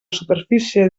superfície